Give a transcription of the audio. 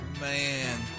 Man